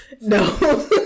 no